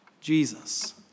Jesus